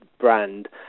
brand